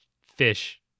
fish